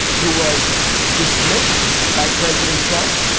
who was dismissed by president trump?